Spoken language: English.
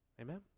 Amen